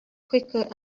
quicker